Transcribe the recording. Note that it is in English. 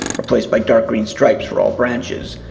replaced by dark green stripes for all branches.